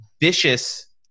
vicious